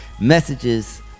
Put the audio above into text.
messages